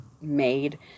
made